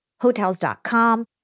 Hotels.com